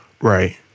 Right